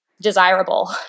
desirable